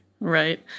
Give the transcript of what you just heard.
Right